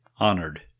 honored